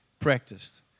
practiced